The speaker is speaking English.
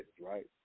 right